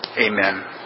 Amen